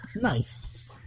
Nice